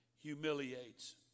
humiliates